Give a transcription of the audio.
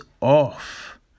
off